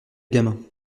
gamin